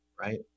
right